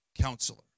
Counselor